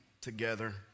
together